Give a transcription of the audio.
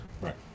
Right